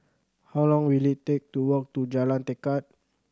how long will it take to walk to Jalan Tekad